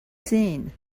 seen